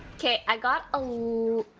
okay, i got a